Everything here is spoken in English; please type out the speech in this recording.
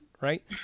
Right